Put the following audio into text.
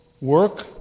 work